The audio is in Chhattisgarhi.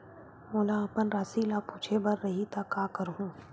मोला अपन राशि ल पूछे बर रही त का करहूं?